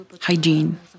hygiene